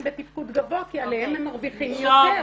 בתפקוד גבוה כי עליהם הם מרוויחים יותר,